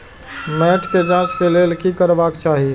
मैट के जांच के लेल कि करबाक चाही?